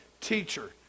teacher